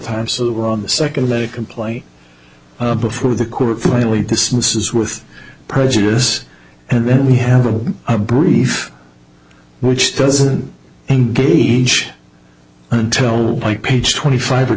times so that we're on the second of a complaint before the court finally dismisses with prejudice and then we have a brief which doesn't engage until like page twenty five or